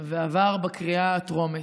ועבר בקריאה הטרומית.